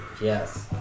Yes